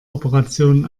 operation